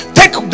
take